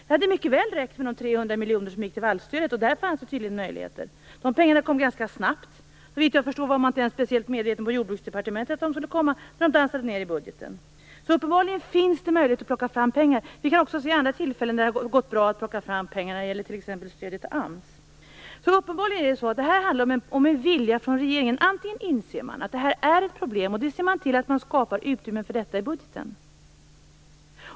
Det hade mycket väl räckt med de 300 miljoner som gick till vallstödet. I det fallet fanns det tydligen möjligheter. De pengarna kom ganska snabbt. Så vitt jag förstår var man inte ens på Jordbruksdepartementet speciellt medveten om att pengarna skulle komma när de dansade ned i budgeten. Så uppenbarligen finns det möjlighet att plocka fram pengar. Det har också funnits andra tillfällen när vi har sett att det har gått bra att plocka fram pengar. Det gäller t.ex. stödet till AMS. Det handlar uppenbarligen om en vilja från regeringen. Man måste inse att det här är ett problem och se till att skapa ett utrymme för det i budgeten.